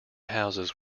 houses